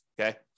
Okay